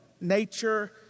nature